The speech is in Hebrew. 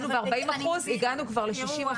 היינו ב-40 אחוזים והגענו כבר ל-60 אחוזים.